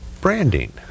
branding